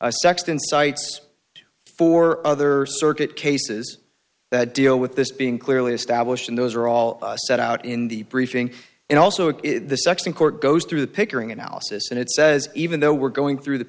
cites for other circuit cases that deal with this being clearly established and those are all set out in the briefing and also the section court goes through the pickering analysis and it says even though we're going through the